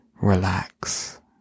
relax